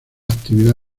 actividad